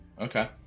Okay